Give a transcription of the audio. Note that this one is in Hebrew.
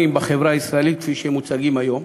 בחברה הישראלית כפי שהם מוצגים היום,